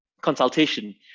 consultation